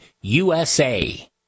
USA